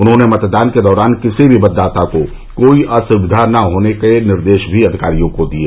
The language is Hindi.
उन्होने मतदान के दौरान किसी भी मतदाता को कोई असुविधा न होने के निर्देश भी अधिकारियों को दिये